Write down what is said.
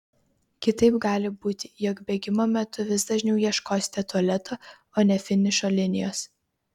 kitaip gali būti jog bėgimo metu vis dažniau ieškosite tualeto o ne finišo linijos